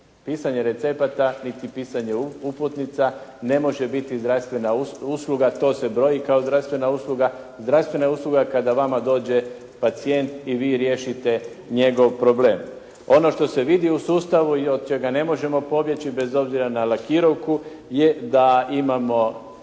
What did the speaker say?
Pisanje recepata niti pisanje uputnica ne može biti zdravstvena usluga, to se broji zdravstvena usluga. Zdravstvena usluga je kada vama dođe pacijent i vi riješite njegov problem. Ono što se vidi u sustavu i od čega ne možemo pobjeći bez obzira na lakirovku je da imamo